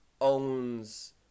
owns